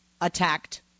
attacked